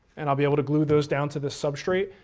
and i'll be able to glue those down to the substrate.